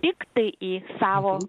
tiktai į savo